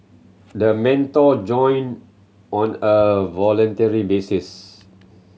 the mentor join on a voluntary basis